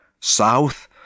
south